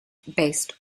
based